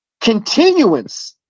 continuance